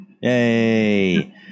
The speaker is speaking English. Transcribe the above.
Yay